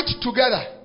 together